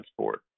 sport